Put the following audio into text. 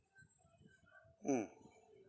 mm